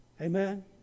Amen